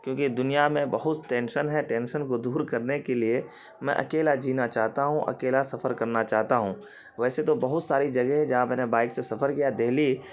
کیونکہ دنیا میں بہت ٹینشن ہے ٹینشن کو دور کرنے کے لیے میں اکیلا جینا چاہتا ہوں اکیلا سفر کرنا چاہتا ہوں ویسے تو بہت ساری جگہ ہے جہاں میں نے بائک سے سفر کیا ہے دہلی